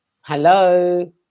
Hello